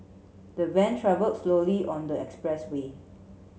the van travell slowly on the expressway